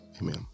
Amen